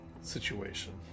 situation